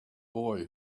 boy